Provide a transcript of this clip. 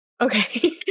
Okay